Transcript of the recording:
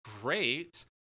great